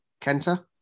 Kenta